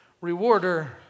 rewarder